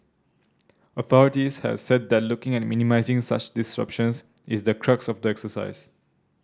authorities have said that looking at minimising such disruptions is the crux of the exercise